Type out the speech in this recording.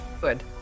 Good